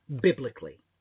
biblically